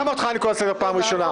גם אותך אני קורא לסדר פעם ראשונה.